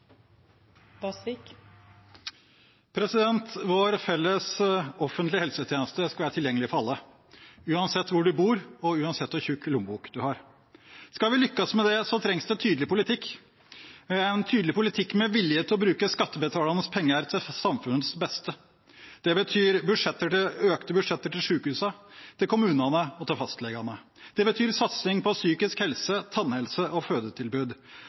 alle, uansett hvor en bor, og uansett hvor tjukk lommebok en har. Skal vi lykkes med det, trengs det tydelig politikk – en tydelig politikk med vilje til å bruke skattebetalernes penger til samfunnets beste. Det betyr økte budsjetter til sykehusene, til kommunene og til fastlegene. Det betyr satsing på psykisk helse, tannhelse og fødetilbud,